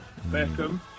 Beckham